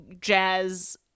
jazz